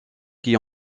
qui